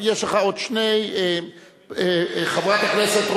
יש לך עוד שני חברי כנסת,